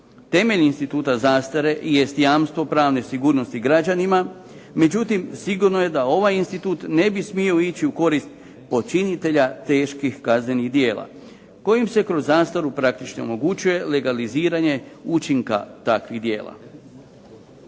Temelj instituta zastare, jest jamstvo pravne sigurnosti građanima. Međutim, sigurno je da ovaj institut ne bi smio ići u korist počiniteljima teških kaznenih djela, kojim se kroz zastaru praktički omogućuje legaliziranje učinka takvih djela.